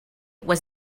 was